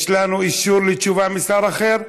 יש לנו אישור לתשובה משר אחר?